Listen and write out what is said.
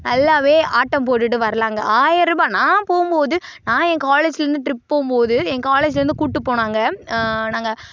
நல்லாவே ஆட்டம் போட்டுவிட்டு வரலாங்க ஆயிர்ரூபா நான் போகும்போது நான் ஏன் காலேஜ்லேருந்து ட்ரிப் போகும்போது ஏன் காலேஜ்லேருந்து கூப்பிட்டு போனாங்க நாங்கள்